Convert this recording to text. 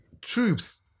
Troops